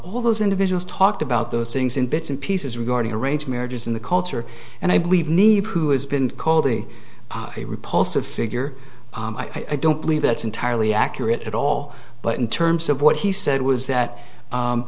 all those individuals talked about those things in bits and pieces regarding arranged marriages in the culture and i believe need who has been called the repulsive figure i don't believe that's entirely accurate at all but in terms of what he said was that